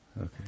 okay